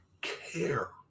care